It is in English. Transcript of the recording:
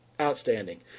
outstanding